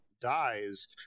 Dies